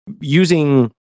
using